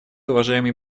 уважаемый